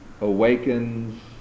awakens